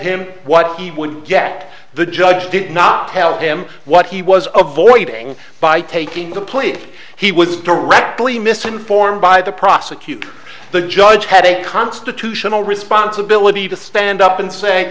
him what he would get the judge did not tell him what he was avoiding by taking the plea he was directly misinformed by the prosecutor the judge had a constitutional responsibility to stand up and say